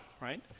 right